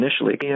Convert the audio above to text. initially